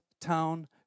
Town